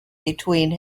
between